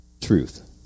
truth